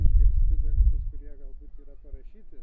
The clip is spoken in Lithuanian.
išgirsti dalykus kurie galbūt yra parašyti